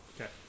Okay